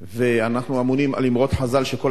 ואנחנו אמונים על אמרות חז"ל שכל העוסק